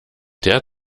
der